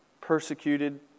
persecuted